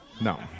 no